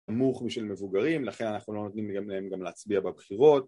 נמוך בשביל מבוגרים, לכן אנחנו לא נותנים להם גם להצביע בבחירות